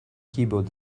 keyboard